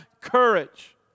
courage